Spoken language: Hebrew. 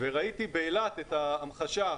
וראיתי באילת את ההמחשה.